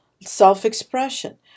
self-expression